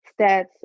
stats